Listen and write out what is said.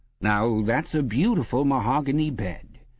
now that's a beautiful mahogany bed,